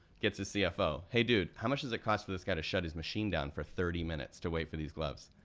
gets his cfo, hey dude, how much does it cost for this guy to shut his machine down for thirty minutes to wait for these gloves?